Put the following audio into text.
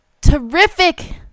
terrific